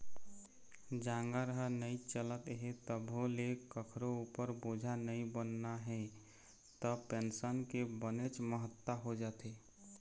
जांगर ह नइ चलत हे तभो ले कखरो उपर बोझा नइ बनना हे त पेंसन के बनेच महत्ता हो जाथे